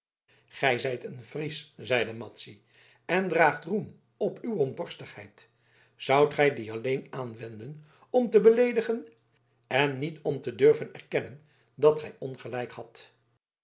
gij zijt een fries zeide madzy en draagt roem op uw rondborstigheid zoudt gij die alleen aanwenden om te beleedigen en niet om te durven erkennen dat gij ongelijk hadt